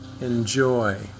enjoy